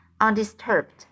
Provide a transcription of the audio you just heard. undisturbed